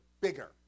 bigger